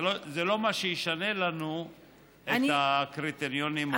זה לא מה שישנה לנו את הקריטריונים.